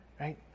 right